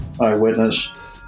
eyewitness